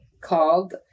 called